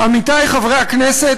עמיתי חברי הכנסת,